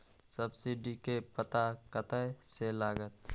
Subsidy के पता कतय से लागत?